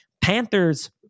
Panther's